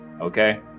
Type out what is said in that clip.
Okay